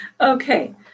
Okay